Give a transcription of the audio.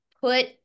put